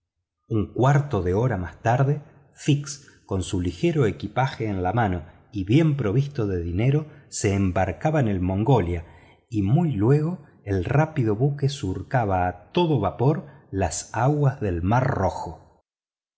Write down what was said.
un cuarto de hora más tarde fix con su ligero equipaje en la mano y bien provisto de dinero se embarcaba en el mongolia y muy luego el rápido buque surcaba a todo vapor las aguas del mar rojo